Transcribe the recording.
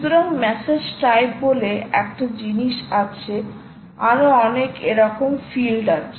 সুতরাং message type বলে একটা জিনিস আছে আরো অনেক এরকম ফিল্ড আছে